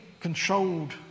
controlled